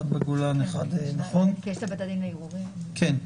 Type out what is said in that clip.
אחד בגולן ואחד במקום נוסף, נכון?